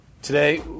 Today